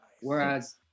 Whereas